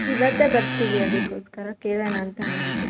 ಇವತ್ತೇ ಬರ್ತೀವಿ ಅದಕ್ಕೋಸ್ಕರ ಕೇಳೋಣ ಅಂತ ಮಾಡಿದ್ದು